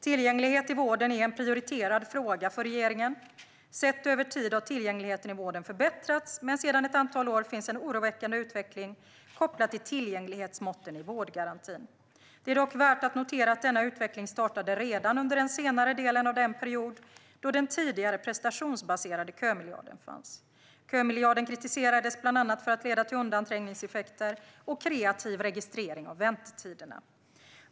Tillgänglighet i vården är en prioriterad fråga för regeringen. Sett över tid har tillgängligheten i vården förbättrats, men sedan ett antal år finns en oroväckande utveckling kopplad till tillgänglighetsmåtten i vårdgarantin. Det är dock värt att notera att denna utveckling startade redan under den senare delen av den period då den tidigare prestationsbaserade kömiljarden fanns. Kömiljarden kritiserades bland annat för att leda till undanträngningseffekter och kreativ registrering av väntetiderna.